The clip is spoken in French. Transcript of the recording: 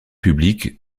publique